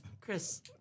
Chris